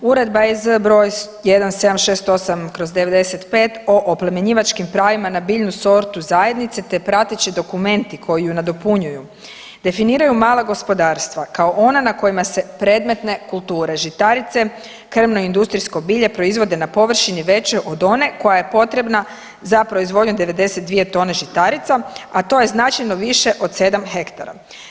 Uredba EZ 1768/95 o oplemenjivačkim pravima na biljnu sortu zajednice te prateći dokumenti koji ju nadopunjuju definiraju mala gospodarstva kao ona na kojima se predmetne kulture žitarice, krmno industrijsko bilje proizvode na površini većoj od one koja je potrebna za proizvodnju 92 tone žitarica, a to je značajno više od 7 hektara.